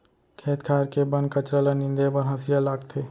खेत खार के बन कचरा ल नींदे बर हँसिया लागथे